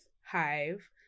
Hive